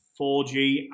4G